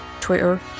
twitter